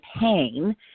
pain